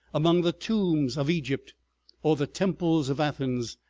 among the tombs of egypt or the temples of athens,